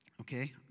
Okay